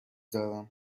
دارم